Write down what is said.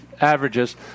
averages